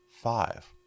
five